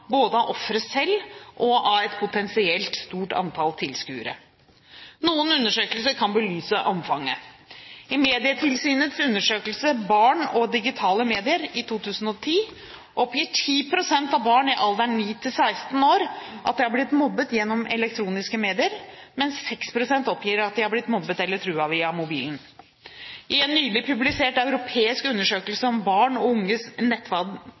både av offeret selv og av et potensielt stort antall tilskuere. Noen undersøkelser kan belyse omfanget. I Medietilsynets undersøkelse «Barn og digitale medier 2010» oppgir 10 pst. av barn i alderen 9–16 år at de er blitt mobbet gjennom elektroniske medier, mens 6 pst. oppgir at de er blitt mobbet eller truet via mobilen. I en nylig publisert europeisk undersøkelse om barn og unges